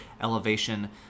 elevation